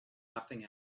nothing